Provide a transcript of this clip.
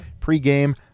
Pregame